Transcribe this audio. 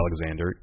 Alexander